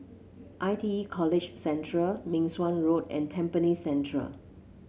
I T E College Central Meng Suan Road and Tampines Central